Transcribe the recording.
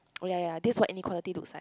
oh ya ya this is what inequality looks like